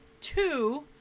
Two